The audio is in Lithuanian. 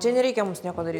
čia nereikia mums nieko daryt